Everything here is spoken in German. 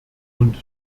und